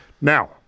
Now